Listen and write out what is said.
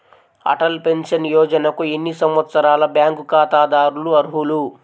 Atal pension యోజనకు ఎన్ని సంవత్సరాల బ్యాంక్ ఖాతాదారులు అర్హులు?